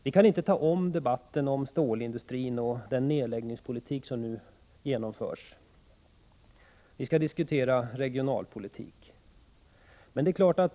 Vi kan inte ta om debatten om stålindustrin och den nedläggningspolitik som nu genomförs. Vi skall diskutera regionalpolitik.